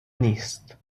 نیست